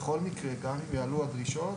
בכל מקרה, גם אם יעלו עוד דרישות